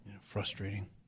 Frustrating